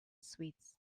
sweets